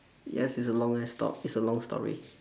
yes it's a long ass talk it's a long story